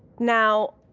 now,